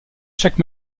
chaque